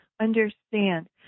understand